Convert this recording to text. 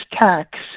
tax